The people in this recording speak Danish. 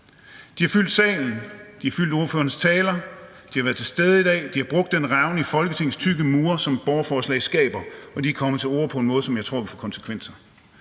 De har fyldt salen, de har fyldt ordførernes taler, de har været til stede i dag, de har brugt den revne i Folketingets tykke mure, som et borgerforslag skaber, og de er kommet til orde på en måde, som jeg tror vil få konsekvenser.